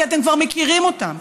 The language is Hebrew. כי אתם כבר מכירים אותם,